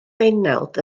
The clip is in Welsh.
bennawd